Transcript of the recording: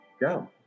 go